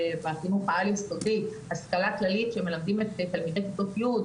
בחינוך העל-יסודי השכלה כללית שמלמדים את תלמידי כיתות י',